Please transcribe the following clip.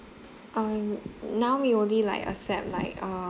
um now we only like accept like uh